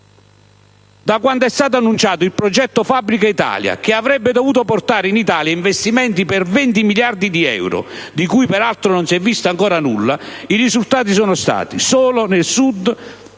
Da quando è stato annunciato il progetto "Fabbrica Italia", che avrebbe dovuto portare in Italia investimenti per 20 miliardi di euro (di cui peraltro non si è ancora visto nulla), i risultati sono stati, solo nel Sud, la